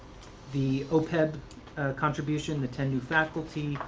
the oppeb contribution, the ten new faculty,